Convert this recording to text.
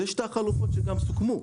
אלה שתי החלופות שגם סוכמו.